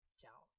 ciao